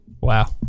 Wow